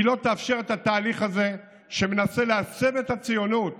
היא לא תאפשר את התהליך הזה שמנסה לעצב את הציונות